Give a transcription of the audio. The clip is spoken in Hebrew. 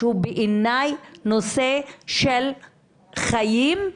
שבעיניי הוא נושא של חיים,